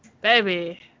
Baby